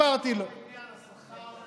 סיפרתי לו עניין השכר,